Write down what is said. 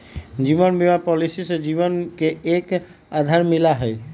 जीवन बीमा पॉलिसी से जीवन के एक आधार मिला हई